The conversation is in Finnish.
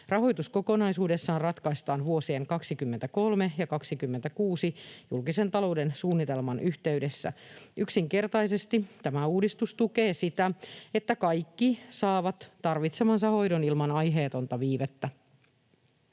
Rahoitus kokonaisuudessaan ratkaistaan vuosien 23 ja 26 julkisen talouden suunnitelman yhteydessä. Yksinkertaisesti tämä uudistus tukee sitä, että kaikki saavat tarvitsemansa hoidon ilman aiheetonta viivettä.